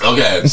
Okay